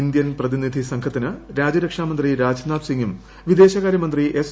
Indian പ്രതിനിധി സംഘത്തിന് രാജ്യരക്ഷാമന്ത്രി രാജ്നാഥ് സിങും വിദേശകാര്യ മന്ത്രി എസ്